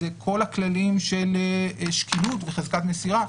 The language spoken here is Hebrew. זה כל הכללים של שקילות וחזקת מסירה.